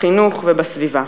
בחינוך ובסביבה.